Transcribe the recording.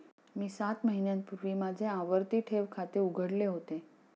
मी सात महिन्यांपूर्वी माझे आवर्ती ठेव खाते उघडले होते